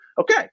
Okay